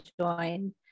join